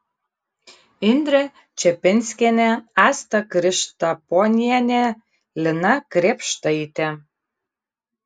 indrė čepinskienė asta krištaponienė lina krėpštaitė